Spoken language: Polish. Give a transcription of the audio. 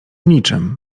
niczym